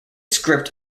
script